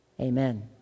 Amen